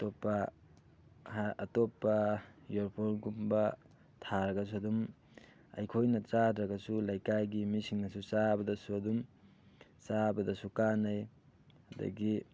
ꯑꯇꯣꯞꯄ ꯑꯇꯣꯞꯄ ꯌꯣꯔꯣꯐꯣꯟꯒꯨꯝꯕ ꯊꯥꯔꯒꯁꯨ ꯑꯗꯨꯝ ꯑꯩꯈꯣꯏꯅ ꯆꯥꯗ꯭ꯔꯒꯁꯨ ꯂꯩꯀꯥꯏꯒꯤ ꯃꯤꯁꯤꯡꯅꯁꯨ ꯆꯥꯕꯗꯁꯨ ꯑꯗꯨꯝ ꯆꯥꯕꯗꯁꯨ ꯀꯥꯟꯅꯩ ꯑꯗꯒꯤ